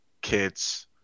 kids